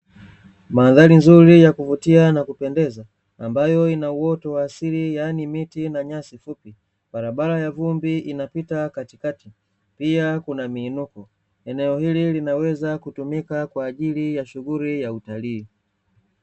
Mandhari nzuri ya kuvutia na kupendeza, ambayo ina uoto wa asili yaani miti na nyasi fupi, barabara ya vumbi inapita katikati pia kunamiinuko, eneo hili linaweza kutumika kwa ajili ya utalii.